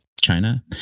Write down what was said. China